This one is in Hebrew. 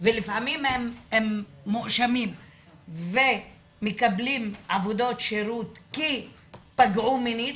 לפעמים הם מואשמים ומקבלים עבודות שירות כי פגעו מינית,